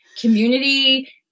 community